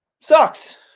sucks